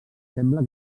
sembla